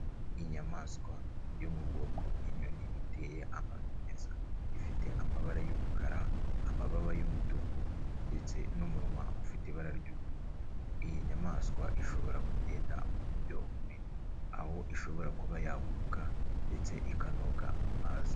Inyamaswa yo mu bwoko bw'inyoni iteye amabengeza ifite amabara y'umukara, amababa y'umutuku ndetse n'umunwa ufite ibara ry'ubururu. Iyi nyamaswa ishobora kugenda mu buryo bubiri aho ishobora kuba yaguruka ndetse ikanoga mu mazi.